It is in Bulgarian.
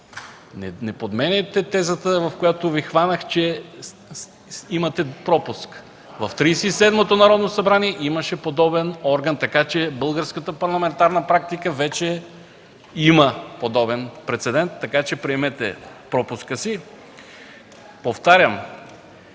Не подменяйте тезата, в която Ви хванах, че имате пропуск. В Тридесет и седмото Народно събрание имаше подобен орган. В българската парламентарна практика вече има подобен прецедент, така че приемете пропуска си. Повтарям,